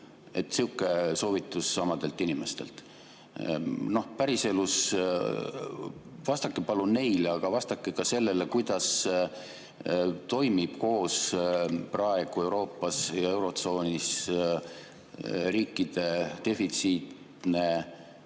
Sihuke soovitus samadelt inimestelt. Päriselus … Vastake palun neile, aga vastake ka sellele, kuidas toimivad praegu Euroopas ja eurotsoonis koos riikide defitsiitne